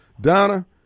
Donna